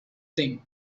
thing